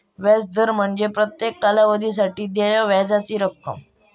व्याज दर म्हणजे प्रत्येक कालावधीसाठी देय व्याजाची रक्कम